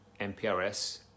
NPRS